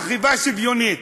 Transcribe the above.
"אכיפה שוויונית".